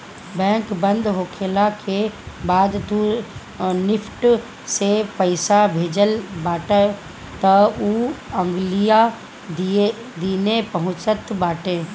bank बंद होखला के बाद तू निफ्ट से पईसा भेजत बाटअ तअ उ अगिला दिने पहुँचत बाटे